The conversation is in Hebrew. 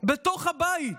בתוך הבית,